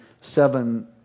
seven